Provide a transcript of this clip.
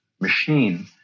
machine